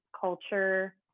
culture